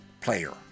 player